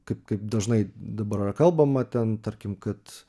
kaip kaip dažnai dabar yra kalbama ten tarkim kad